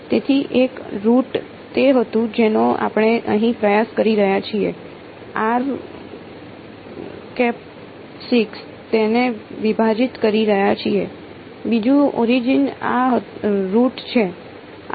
તેથી એક રુટ તે હતું જેનો આપણે અહીં પ્રયાસ કરી રહ્યા છીએ તેને વિભાજીત કરી રહ્યા છીએ બીજું ઓરિજિન આ રુટ છે